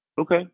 Okay